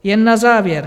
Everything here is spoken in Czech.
Jen na závěr.